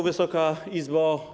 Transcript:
Wysoka Izbo!